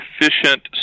efficient